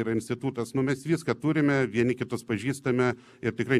yra institutas nu mes viską turime vieni kitus pažįstame ir tikrai